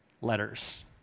letters